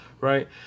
right